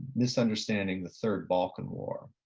misunderstanding the third balkan war.